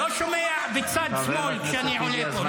אני לא שומע בצד שמאל כשאני עולה לפה -- חברת הכנסת טיבי,